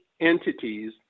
entities